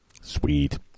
Sweet